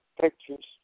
pictures